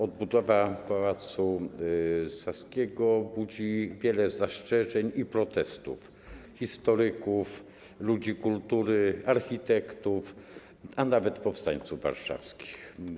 Obudowa Pałacu Saskiego budzi wiele zastrzeżeń i protestów historyków, ludzi kultury, architektów, a nawet powstańców warszawskich.